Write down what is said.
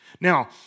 Now